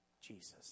Jesus